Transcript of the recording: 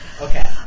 Okay